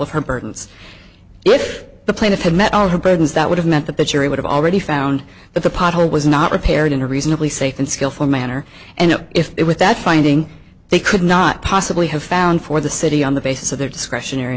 burdens if the plaintiff had met all her burdens that would have meant that the jury would have already found that the pot hole was not repaired in a reasonably safe and skillful manner and if it with that finding they could not possibly have found for the city on the basis of their discretionary